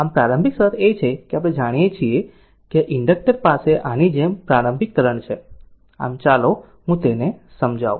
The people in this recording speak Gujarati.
આમ આ પ્રારંભિક શરત છે જે આપણે ધારીએ છીએ કે ઇન્ડક્ટર પાસે આની જેમ પ્રારંભિક કરંટ છે આમ ચાલો હું તેને સમજાવું